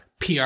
PR